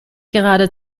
gerade